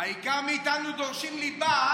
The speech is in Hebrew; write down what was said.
העיקר שמאיתנו דורשים ליבה,